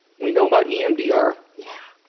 we know about emdr. yeah